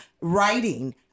writing